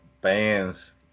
bands